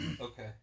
Okay